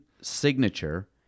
signature